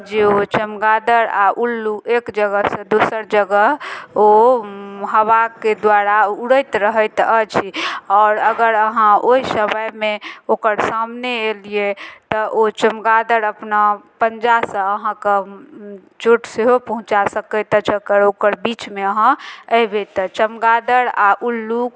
जे ओ चमगादड़ आओर उल्लू एक जगहसँ दोसर जगह ओ हवाके द्वारा उड़ैत रहैत अछि आओर अगर अहाँ ओइ समयमे ओकर सामने अयलियै तऽ ओ चमगादड़ अपना पञ्जासँ अहाँके चोट सेहो पहुँचा सकैत अछि जकर ओकर बीचमे अहाँ एबै तऽ चमगादड़ आओर उल्लू